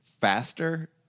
faster